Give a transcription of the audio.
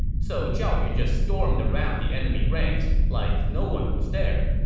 so zhao yun just stormed around the enemy ranks like no one was there.